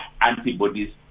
antibodies